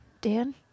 Dan